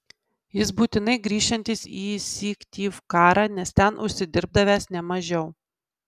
jis būtinai grįšiantis į syktyvkarą nes ten užsidirbdavęs ne mažiau